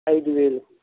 ఐదు వేలు